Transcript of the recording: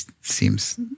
seems